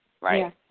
Right